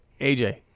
AJ